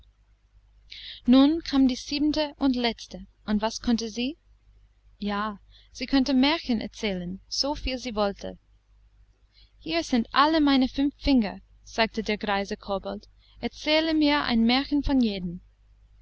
nun kam die siebente und letzte und was konnte sie ja sie konnte märchen erzählen so viel sie wollte hier sind alle meine fünf finger sagte der greise kobold erzähle mir ein märchen von jedem